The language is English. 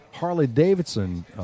Harley-Davidson